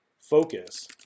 focus